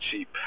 cheap